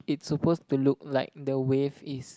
it's supposed to look like the wave is